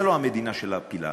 זו לא המדינה שלה פיללנו.